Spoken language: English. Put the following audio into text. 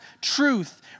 truth